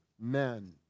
men